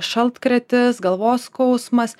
šaltkrėtis galvos skausmas